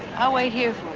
i'll wait here